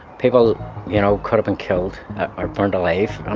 people you know kind of been killed or burned alive